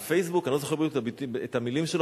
ל"פייסבוק"; אני לא זוכר בדיוק את המלים שלו,